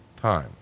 Time